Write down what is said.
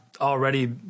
already